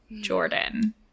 Jordan